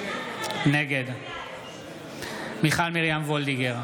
נגד מיכל מרים וולדיגר,